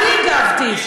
אני הגבתי.